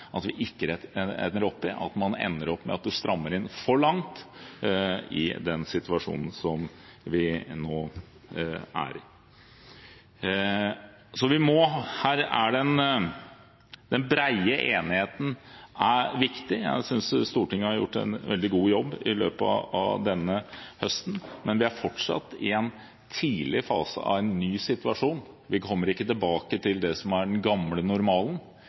at vi ikke ender opp i ‒ at vi strammer inn for langt i den situasjonen vi er i. Den brede enigheten er viktig. Jeg synes Stortinget har gjort en veldig god jobb i løpet av denne høsten, men vi er fortsatt i en tidlig fase av en ny situasjon. Vi kommer ikke tilbake til den gamle normalen.